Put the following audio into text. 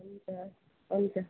हवस् हुन्छ